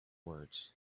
words